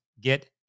get